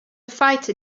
fighter